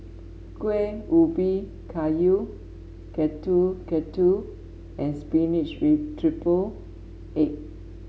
Kueh Ubi Kayu Getuk Getuk and spinach with triple egg